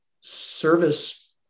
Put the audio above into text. service